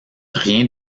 rien